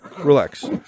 relax